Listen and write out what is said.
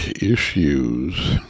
issues